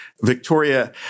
Victoria